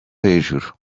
hejuru